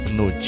no